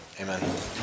amen